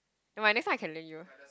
never mind next time I can lend you